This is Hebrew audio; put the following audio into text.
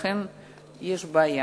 לכן יש בעיה.